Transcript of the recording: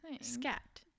Scat